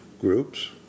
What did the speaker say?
groups